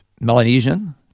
Melanesian